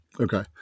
Okay